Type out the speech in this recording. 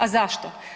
A zašto?